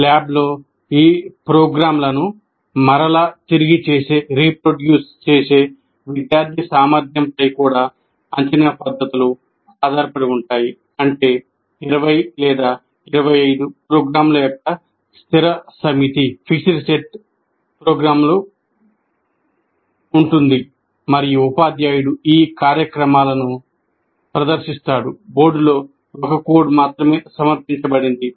ల్యాబ్లో ఈ ప్రోగ్రామ్లను మరల తిరిగి చేసే ఉంది మరియు ఉపాధ్యాయుడు ఈ కార్యక్రమాలను ప్రదర్శిస్తాడు బోర్డులో ఒకే కోడ్ మాత్రమే సమర్పించబడింది